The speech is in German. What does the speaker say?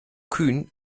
kühn